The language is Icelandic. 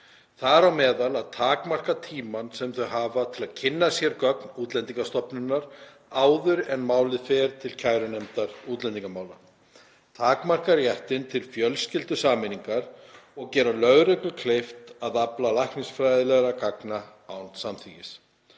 þar á meðal að takmarka tímann sem þau hafa til að kynna sér gögn Útlendingastofnunar áður en málið fer til kærunefndar útlendingamála, takmarka réttinn til fjölskyldusameiningar og gera lögreglu kleift að afla læknisfræðilegra gagna án samþykkis.